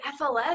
FLS